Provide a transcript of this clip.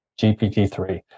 GPT-3